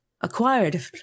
acquired